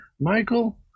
Michael